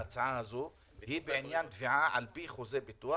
ההצעה הזאת היא בעניין תביעה על פי חוזה ביטוח,